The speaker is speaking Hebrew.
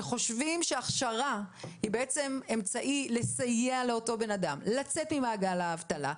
שחושבים שהכשרה היא אמצעי לסייע לאדם לצאת ממעגל האבטלה,